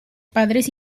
padres